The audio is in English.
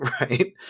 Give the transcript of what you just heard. right